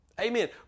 Amen